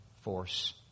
force